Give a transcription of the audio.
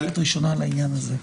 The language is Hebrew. תוספת ראשונה לעניין הזה.